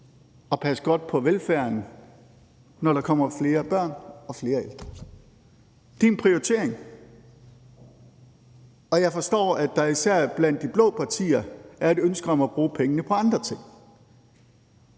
at passe godt på velfærden, når der kommer flere børn og flere ældre. Det er en prioritering, og jeg forstår, at der især blandt de blå partier er et ønske om at bruge pengene på andre ting.